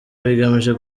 bigamije